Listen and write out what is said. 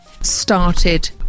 started